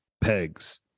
pegs